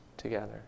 Together